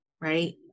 right